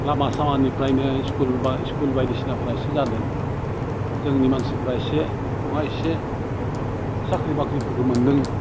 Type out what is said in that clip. लामा सामानिफ्रायनो इस्कुल बा इस्कुल बायदिसिनाफ्रा एसे जादों जोंनि मानसिफ्रा एसे नङा एसे साख्रि बाख्रिफोरखौ मोन्दों